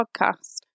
Podcast